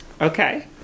Okay